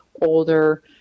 older